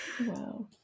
Wow